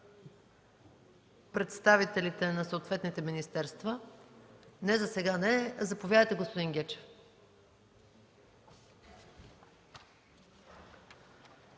представителите на съответните министерства? Засега не. Заповядайте, господин Гечев.